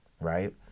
right